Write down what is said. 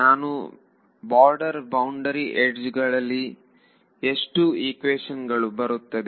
ನಾನು border boundary ಯಡ್ಜ್ನಲ್ಲಿದ್ದರೆ ಎಷ್ಟು ಈಕ್ವೇಶನ್ ಗಳು ಬರುತ್ತವೆ